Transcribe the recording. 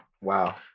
Wow